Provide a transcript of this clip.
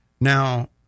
now